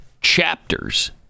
chapters